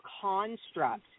construct